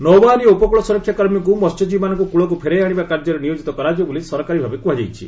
ନୌବାହିନୀ ଓ ଉପକୂଳ ସୁରକ୍ଷା କର୍ମୀଙ୍କୁ ମହ୍ୟଜୀବୀମାନଙ୍କୁ କୂଳକୁ ଫେରାଇ ଆଣିବା କାର୍ଯ୍ୟରେ ନିୟୋଜିତ କରାଯିବ ବୋଲି ସରକାରୀ ଭାବେ କୁହାଯାଇଛି